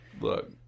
Look